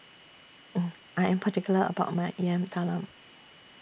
I Am particular about My Yam Talam